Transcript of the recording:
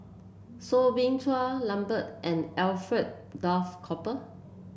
Soo Bin Chua Lambert and Alfred Duff Cooper